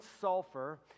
sulfur